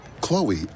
Chloe